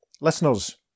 listeners